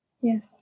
Yes